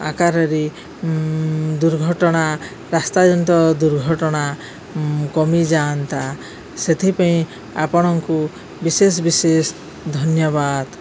ଆକାରରେ ଦୁର୍ଘଟଣା ରାସ୍ତାଜନିତ ଦୁର୍ଘଟଣା କମିଯାଆନ୍ତା ସେଥିପାଇଁ ଆପଣଙ୍କୁ ବିଶେଷ ବିଶେଷ ଧନ୍ୟବାଦ